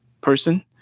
person